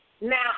Now